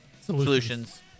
Solutions